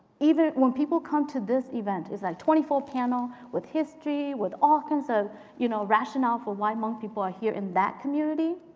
when people come to this event, it's like twenty four panel, with history, with all kinds of you know rationale for why hmong people are here in that community.